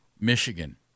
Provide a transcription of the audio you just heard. Michigan